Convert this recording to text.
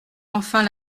enfin